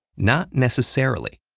not necessarily.